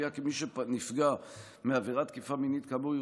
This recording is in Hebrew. קביעה כי מי שנפגע מעבירת תקיפה מינית כאמור,